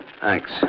Thanks